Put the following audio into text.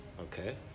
Okay